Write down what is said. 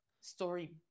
story